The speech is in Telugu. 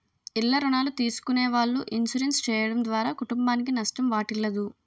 ఇల్ల రుణాలు తీసుకునే వాళ్ళు ఇన్సూరెన్స్ చేయడం ద్వారా కుటుంబానికి నష్టం వాటిల్లదు